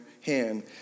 hand